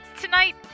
Tonight